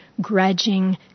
grudging